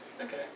okay